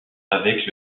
avec